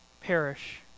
perish